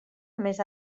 més